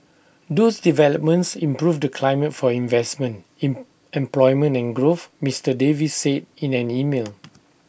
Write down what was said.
those developments improve the climate for investment in employment and growth Mister Davis said in an email